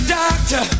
doctor